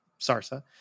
Sarsa